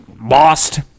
lost